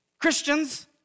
Christians